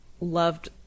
loved